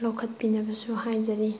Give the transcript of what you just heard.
ꯂꯧꯈꯠꯄꯤꯅꯕꯁꯨ ꯍꯥꯏꯖꯔꯤ